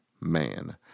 man